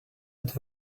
but